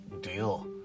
deal